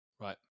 Right